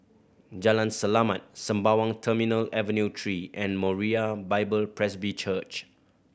Jalan Selamat Sembawang Terminal Avenue Three and Moriah Bible Presby Church